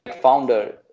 founder